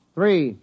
Three